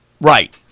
Right